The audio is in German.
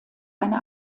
eine